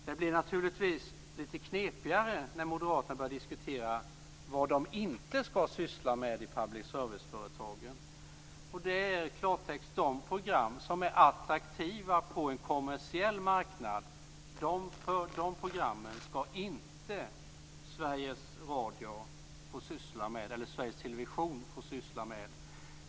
Det blir naturligtvis lite knepigare när Moderaterna börjar diskutera vad de inte skall syssla med i public serviceföretagen, nämligen de program som är attraktiva på en kommersiell marknad. De programmen skall inte Sveriges Television få syssla med.